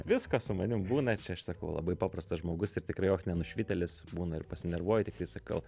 visko su manim būna čia aš sakau labai paprastas žmogus ir tikrai joks ne nušvitėlis būna ir pasinervuoju tiktai sakau